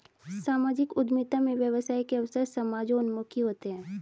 सामाजिक उद्यमिता में व्यवसाय के अवसर समाजोन्मुखी होते हैं